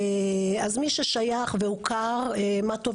אז מי ששייך והוכר, מה טוב.